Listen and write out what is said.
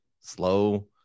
slow